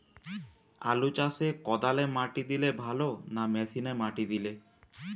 আলু চাষে কদালে মাটি দিলে ভালো না মেশিনে মাটি দিলে?